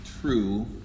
true